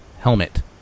helmet